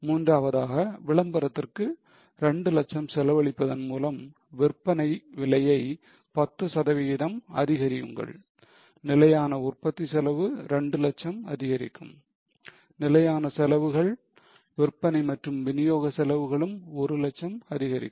மூன்றாவதாக விளம்பரத்திற்கு 2 லட்சம் செலவழிப்பதன் மூலம் விற்பனை விலையை 10 சதவிகிதம் அதிகரியுங்கள் நிலையான உற்பத்தி செலவு 2 லட்சம் அதிகரிக்கும் நிலையான செலவுகள் விற்பனை மற்றும் விநியோக செலவுகளும் 1 லட்சம் அதிகரிக்கும்